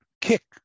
kick